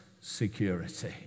security